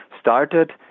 started